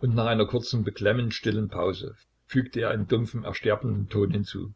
und nach einer kurzen beklemmend stillen pause fügte er in dumpfem ersterbendem ton hinzu